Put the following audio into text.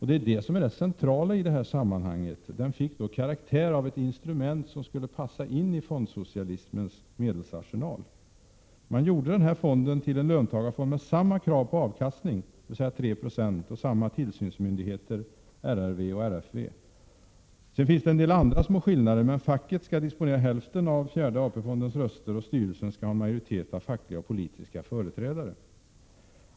Det är det som är det centrala i detta sammanhang. Den fick då karaktär av ett instrument som skulle passa in i fondsocialismens medelsarsenal. Man gjorde denna fond till en löntagarfond, med samma krav på avkastning som dessa, dvs. 3 90, och med samma tillsynsmyndigheter, RRV och RFV. Det finns en del små skillnader, men facket skall disponera hälften av fjärde fondstyrelsens röster, och styrelsen skall ha en majoritet av fackliga och politiska företrädare.